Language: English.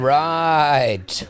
right